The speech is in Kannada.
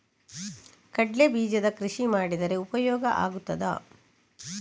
ಕಡ್ಲೆ ಬೀಜದ ಕೃಷಿ ಮಾಡಿದರೆ ಉಪಯೋಗ ಆಗುತ್ತದಾ?